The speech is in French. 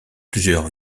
plusieurs